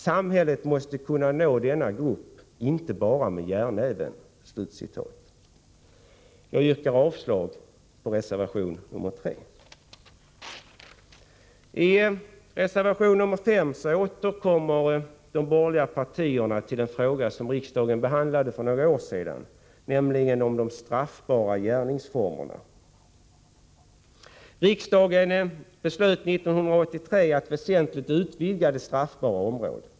Samhället måste kunna nå denna grupp inte bara med järnnäven.” Jag yrkar avslag på reservation nr 3. I reservation nr 5 återkommer de borgerliga partierna till en fråga som riksdagen behandlade för några år sedan, nämligen frågan om de straffbara gärningsformerna. Riksdagen beslöt 1983 att väsentligt utvidga det straffbara området.